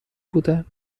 بودن